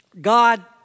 God